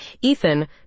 Ethan